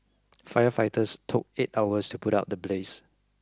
firefighters took eight hours to put out the blaze